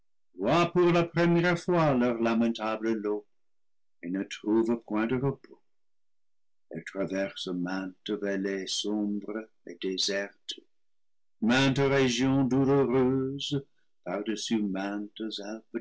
pour la première fois leur lamentable lot et ne trouvent point de repos elles traversent maintes vallées sombres et désertes maintes régions douloureuses